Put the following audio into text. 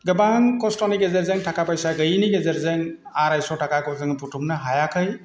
गोबां खस्थ'नि गेजेरजों थाखा फैसा गैयैनि गेजेरजों आरायस' थाखाखौ जोङो बुथुमनो हायाखै